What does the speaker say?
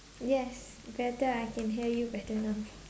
yes better I can hear you better now